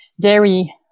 dairy